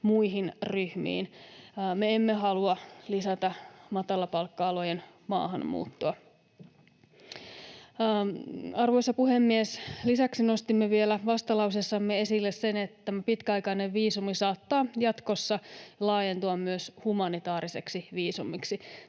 muihin ryhmiin. Me emme halua lisätä matalapalkka-alojen maahanmuuttoa. Arvoisa puhemies! Lisäksi nostimme vielä vastalauseessamme esille sen, että pitkäaikainen viisumi saattaa jatkossa laajentua myös humanitaariseksi viisumiksi.